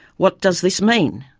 what does this mean?